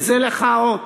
וזה לך האות: